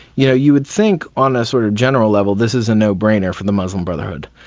you know, you would think on a sort of general level this is a no-brainer for the muslim brotherhood,